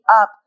up